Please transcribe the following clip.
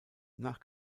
nach